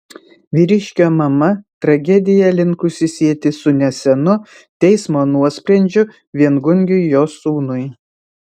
vyriškio mama tragediją linkusi sieti su nesenu teismo nuosprendžiu viengungiui jos sūnui